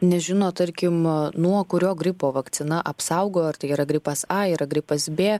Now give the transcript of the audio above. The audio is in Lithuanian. nežino tarkim nuo kurio gripo vakcina apsaugo ar tai yra gripas a yra gripas b